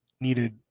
needed